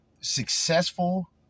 successful